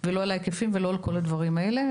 לא על ההיקפים ולא על כל שאר הדברים האלה,